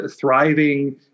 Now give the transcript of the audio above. thriving